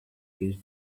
his